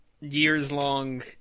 years-long